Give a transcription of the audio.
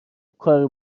کاری